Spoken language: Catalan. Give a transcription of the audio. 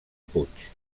puig